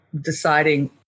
deciding